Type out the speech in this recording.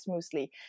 smoothly